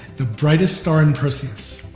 the brightest star in perseus.